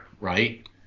right